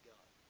God